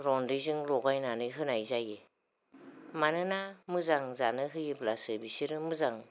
रन्दैजों लगायनानै होनाय जायो मानोना मोजां जानो होयोब्लासो बिसोरो मोजां